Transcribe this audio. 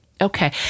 Okay